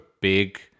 big